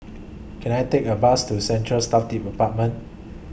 Can I Take A Bus to Central Staff Tave Apartment